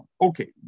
okay